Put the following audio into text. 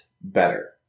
better